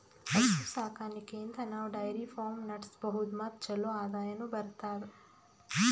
ಹಸು ಸಾಕಾಣಿಕೆಯಿಂದ್ ನಾವ್ ಡೈರಿ ಫಾರ್ಮ್ ನಡ್ಸಬಹುದ್ ಮತ್ ಚಲೋ ಆದಾಯನು ಬರ್ತದಾ